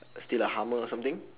steal a hummer or something